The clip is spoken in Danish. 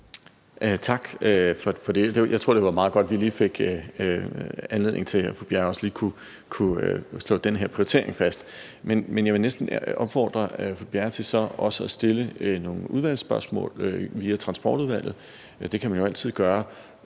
Tak for det. Jeg tror, det var meget godt, vi fik anledning til, at fru Bjerre også lige kunne slå den her prioritering fast. Men jeg vil næsten opfordre fru Bjerre til så også at stille nogle udvalgsspørgsmål via Transportudvalget – det kan man jo altid gøre